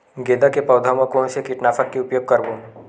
गेंदा के पौधा म कोन से कीटनाशक के उपयोग करबो?